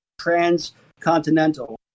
transcontinental